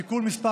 (תיקון מס'